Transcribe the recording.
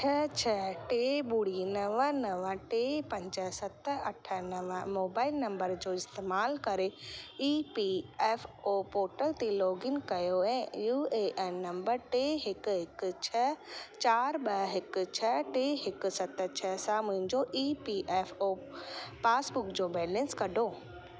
छह छ्ह टे ॿुड़ी नव नव टे पंज सत अठ नव मोबाइल नम्बर जो इस्तेमाल करे E P F O portal ते लोगिन कयो ऐं यू ए एन नंबर टे हिकु हिकु छह चार ॿ हिकु छ्ह टे हिकु सत छ्ह सां मुंहिंजो E P F O passbook जो बैलेंस कढो